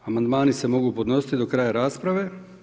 Amandmani se mogu podnositi do kraja rasprave.